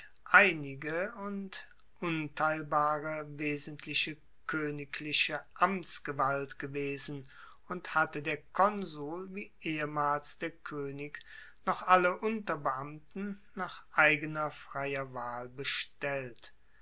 einige und unteilbare wesentliche koenigliche amtsgewalt gewesen und hatte der konsul wie ehemals der koenig noch alle unterbeamten nach eigener freier wahl bestellt